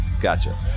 Gotcha